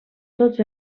tots